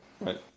Right